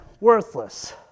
worthless